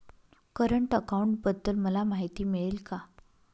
Current अकाउंटबद्दल मला माहिती मिळेल का?